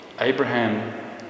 Abraham